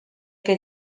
que